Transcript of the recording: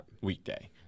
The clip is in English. weekday